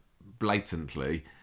blatantly